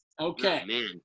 Okay